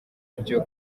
byo